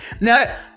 Now